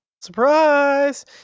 Surprise